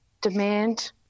demand